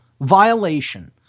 violation